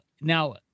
now